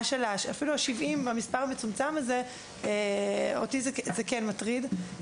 אפילו במספר המצומצם הזה של 70, אותי זה כן מטריד.